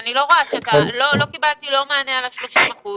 לא קיבלתי מענה על ה-30%,